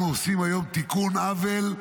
אנחנו עושים היום תיקון עוול,